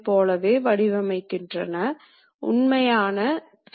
பொதுவாக நாம் DC மற்றும் AC டிரைவ்களைப் பயன்படுத்தலாம்